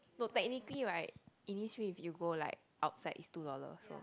no technically right Innisfree if you go like outside is two dollar also